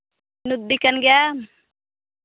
ᱞᱩᱵᱽᱫᱤ ᱠᱟᱱ ᱜᱮᱭᱟᱢ